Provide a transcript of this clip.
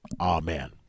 Amen